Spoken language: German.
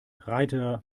reiter